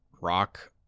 rock